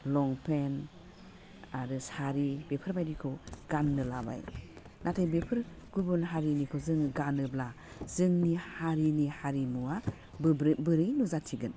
लंपेन्ट आरो सारि बेफोरबायदिखौ गाननो लाबाय नाथाय बेफोर गुबुन हारिनिखौ जोङो गानोब्ला जोंनि हारिनि हारिमुवा बोरै नुजाथिगोन